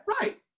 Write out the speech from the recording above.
Right